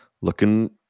looking